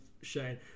Shane